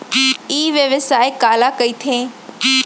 ई व्यवसाय काला कहिथे?